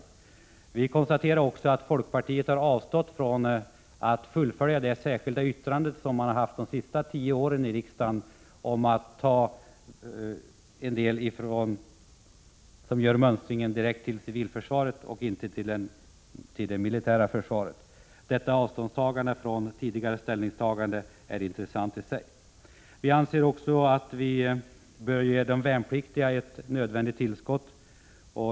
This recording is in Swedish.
Jag konstaterar också att folkpartiet har avstått från att fullfölja det särskilda yttrande som partiet har haft de senaste tio åren i riksdagen om att vissa värnpliktiga skall mönstra direkt till civilförsvaret och inte till det militära försvaret. Detta avståndstagande från tidigare ställningstagande är intressant i sig. Vi anser också att de värnpliktiga bör få ett nödvändigt tillskott.